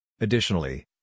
Additionally